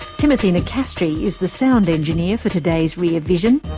timothy nicastri is the sound engineer for today's rear vision.